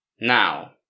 Now